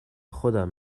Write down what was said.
خودم